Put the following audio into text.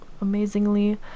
amazingly